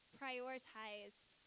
prioritized